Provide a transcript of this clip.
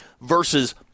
versus